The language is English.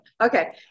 Okay